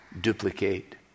duplicate